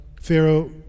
Pharaoh